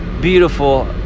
Beautiful